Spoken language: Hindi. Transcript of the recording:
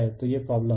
तो यह प्रॉब्लम है